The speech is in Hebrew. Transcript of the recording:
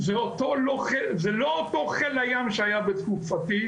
זה לא אותו חיל הים שהיה בתקופתי.